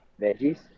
veggies